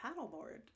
paddleboard